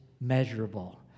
measurable